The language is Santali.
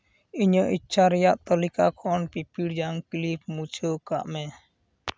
ᱤᱧᱟᱹᱜ ᱤᱪᱪᱷᱟᱹ ᱨᱮᱭᱟᱜ ᱛᱟᱹᱞᱤᱠᱟ ᱠᱷᱚᱱ ᱯᱤᱯᱤᱲᱡᱟᱝ ᱠᱞᱤᱯ ᱢᱩᱪᱷᱟᱹᱣ ᱠᱟᱜ ᱢᱮ